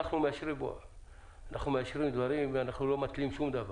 אנחנו מאשרים דברים ולא מתלים שום דבר.